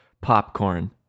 popcorn